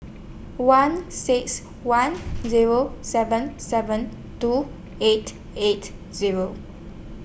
one six one Zero seven seven two eight eight Zero